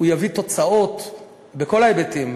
יביא תוצאות בכל ההיבטים,